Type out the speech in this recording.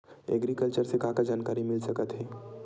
Agriculture से का का जानकारी मिल सकत हे?